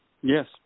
Yes